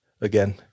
again